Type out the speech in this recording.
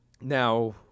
Now